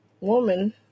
woman